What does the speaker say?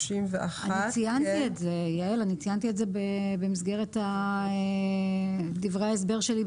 131. אני ציינתי את זה במסגרת דברי ההסבר שלי.